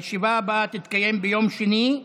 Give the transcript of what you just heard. הישיבה הבאה תתקיים ביום שני,